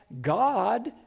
God